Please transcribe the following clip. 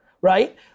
Right